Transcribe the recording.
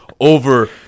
over